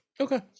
Okay